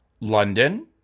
London